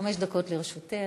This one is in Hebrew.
חמש דקות לרשותך.